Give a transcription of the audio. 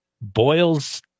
boils